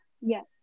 Yes